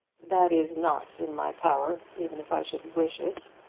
that is not in my power even if i should wish it.